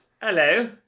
Hello